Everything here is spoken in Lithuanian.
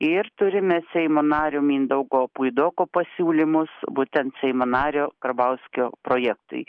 ir turime seimo nario mindaugo puidoko pasiūlymus būtent seimo nario karbauskio projektui